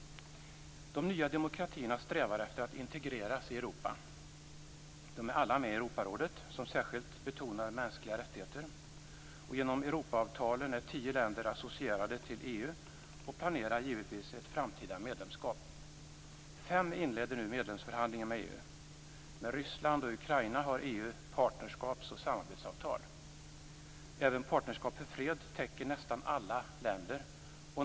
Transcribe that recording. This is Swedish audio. De nya demokratierna strävar efter att integreras i Europa. De är alla med i Europarådet, som särskilt betonar mänskliga rättigheter. Genom Europaavtalen är tio länder associerade till EU, och de planerar givetvis ett framtida medlemskap. Fem länder inleder nu medlemsförhandlingar med EU. Med Ryssland och Ukraina har EU partnerskaps och samarbetsavtal. Även Partnerskap för fred täcker nästan alla länder.